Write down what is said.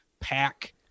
pack